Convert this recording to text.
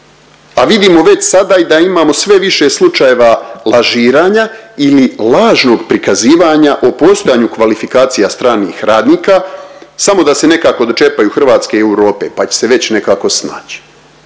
a vidimo već sada i da imamo sve više slučajeva lažiranja ili lažnog prikazivanja o postojanju kvalifikacija stranih radnika samo da se nekako dočepaju Hrvatske i Europe, pa će se već nekako snaći.